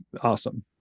awesome